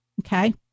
Okay